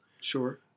Sure